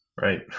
Right